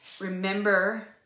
Remember